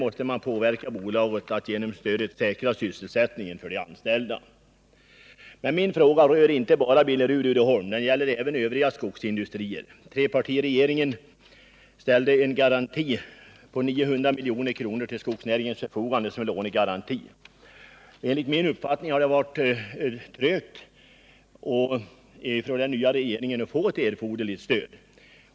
Man måste påverka bolaget att använda detta stöd till att säkra sysselsättningen för de anställda. Men problemen berör inte bara Billerud och Uddeholm utan även övriga skogsindustrier. Trepartiregeringen ställde en lånegaranti på 900 milj.kr. till skogsnäringens förfogande. Enligt min uppfattning har det gått trögt i strävandena att få ett erforderligt stöd från den nya regeringen.